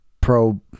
pro